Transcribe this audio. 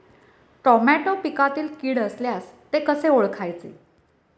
Tomato पिकातील कीड असल्यास ते कसे ओळखायचे?